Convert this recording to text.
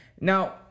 Now